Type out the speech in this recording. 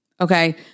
okay